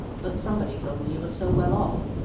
but somebody told me you were so well off.